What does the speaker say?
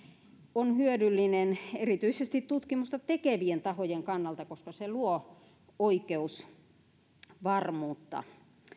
on hyödyllinen erityisesti tutkimusta tekevien tahojen kannalta koska se luo oi keusvarmuutta